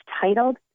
titled